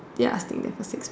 ya I think that for six